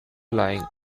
lying